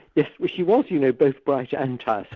yeah but she was, you know, both bright and tiresome,